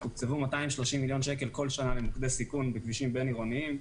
תוקצבו 230 מיליון שקלים כל שנה למוקדי סיכון בכבישים בין-עירוניים,